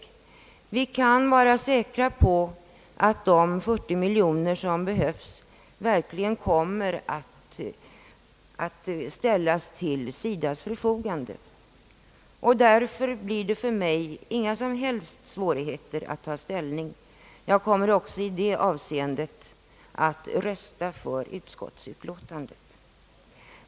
Vi kan vara säkra på att de 40 miljoner kronor som behövs verkligen kommer att ställas till SIDA:s förfogande. Det blir därför för mig inga som helst svårigheter att ta ställning. Jag kommer också i detta avseende att rösta för utskottets förslag.